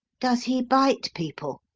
does he bite people?